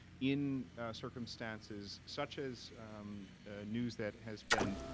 in circumstances such as news that has been